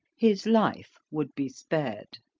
his life would be spared.